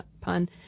pun